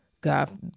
God